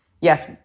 yes